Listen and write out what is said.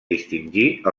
distingir